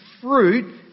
fruit